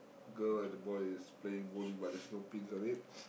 girl and boy is playing bowling but there's no pins on it